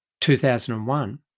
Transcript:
2001